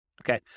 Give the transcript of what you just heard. Okay